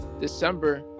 December